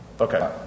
Okay